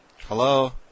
Hello